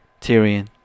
Tyrion